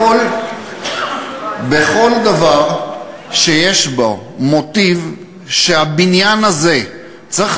בכל דבר שיש בו מוטיב שהבניין הזה צריך